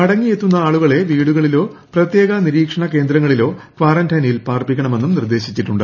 മടങ്ങിയെത്തുന്ന ആളുകളെ വീടുകളിലോ പ്രത്യേക നിരീക്ഷണ കേന്ദ്രങ്ങളിലോ കാറന്റൈനിൽ പാർപ്പിക്കണമെന്നും നിർദ്ദേശിച്ചിട്ടുണ്ട്